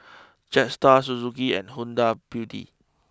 Jetstar Suzuki and Huda Beauty